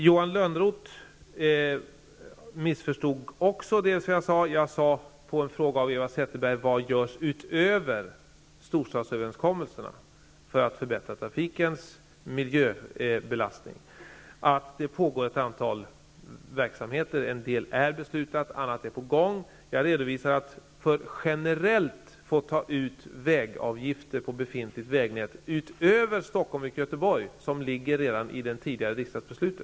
Johan Lönnroth missförstod också det jag sade. Jag sade, med anledning av en fråga från Eva Zetterberg, vad som görs utöver storstadsöverenskommelserna för att minska trafikens miljöbelastning. Det pågår en del verksamheter. En del är beslutat, och annat är på gång. Jag sade vad som generellt kan tas ut i form av vägavgifter på befintligt vägnät utöver i Stockholm och Göteborg, och som redan finns med i det tidigare riksdagsbeslutet.